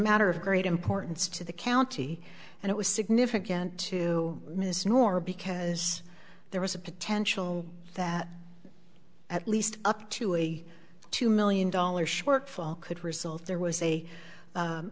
matter of great importance to the county and it was significant to miss nora because there was a potential that at least up to a two million dollar shortfall could result there was a